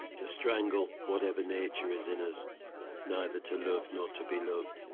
to strangle whatever nature is in us neither to love nor to be loved,